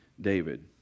David